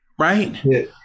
Right